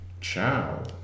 ciao